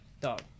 Dog